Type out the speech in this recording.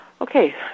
Okay